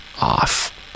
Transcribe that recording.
Off